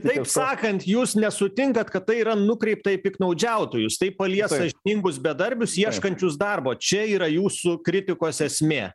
taip sakant jūs nesutinkat kad tai yra nukreipta į piktnaudžiautojus tai palies sąžiningus bedarbius ieškančius darbo čia yra jūsų kritikos esmė